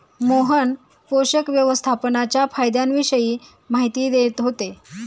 मोहन पोषक व्यवस्थापनाच्या फायद्यांविषयी माहिती देत होते